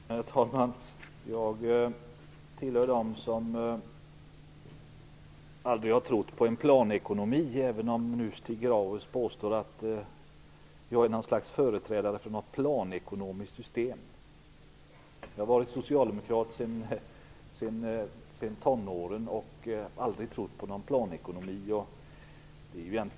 Herr talman! Jag tillhör dem som aldrig har trott på en planekonomi, även om nu Stig Grauers påstår att jag är något slags företrädare för ett planekonomiskt system. Jag har varit socialdemokrat sedan tonåren och aldrig trott på någon planekonomi.